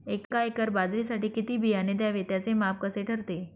एका एकर बाजरीसाठी किती बियाणे घ्यावे? त्याचे माप कसे ठरते?